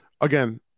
Again